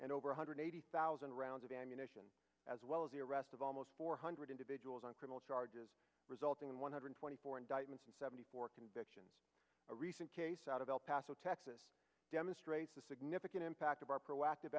in over one hundred eighty thousand rounds of ammunition as well as the arrest of almost four hundred individuals on criminal charges resulting in one hundred twenty four indictments and seventy four convictions a recent case out of el paso texas demonstrates the significant impact of our proactive